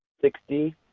sixty